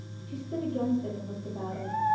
she stood against it and looked about her.